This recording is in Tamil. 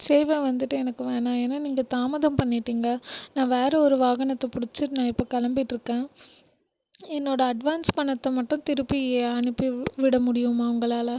சேவை வந்துட்டு எனக்கு வேணாம் ஏன்னால் நீங்கள் தாமதம் பண்ணிவிட்டீங்க நான் வேறு ஒரு வாகனத்தை பிடிச்சி நான் இப்போது கிளம்பிட்ருக்கேன் என்னோட அட்வான்ஸ் பணத்தை மட்டும் திருப்பி அனுப்பி விட முடியுமா உங்களால்